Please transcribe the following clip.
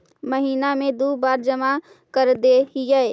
महिना मे दु बार जमा करदेहिय?